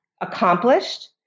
accomplished